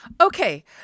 Okay